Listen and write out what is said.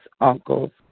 uncles